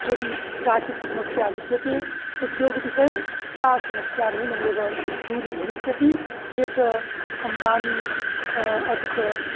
यदि काचित् समस्या विद्यते उद्योगविषये सा समस्या नूनमेव दूरीभविष्यति ये च अम्बानी अथ च